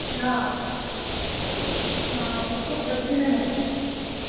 न तत्तु प्रतिदिनमस्ति